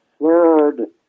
third